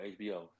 HBO